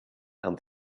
and